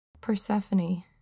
Persephone